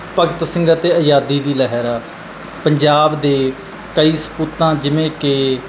ਭਗਤ ਸਿੰਘ ਅਤੇ ਆਜ਼ਾਦੀ ਦੀ ਲਹਿਰ ਪੰਜਾਬ ਦੇ ਕਈ ਸਪੂਤਾਂ ਜਿਵੇਂ ਕਿ